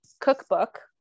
cookbook